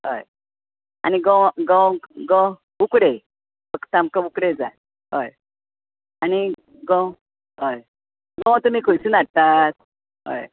आनी गोव गोव गोव उकडे आमका उकडे जाय हय आनी गोव हय गोंव तुमी खंयसून हाडटात हय